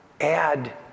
add